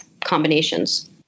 combinations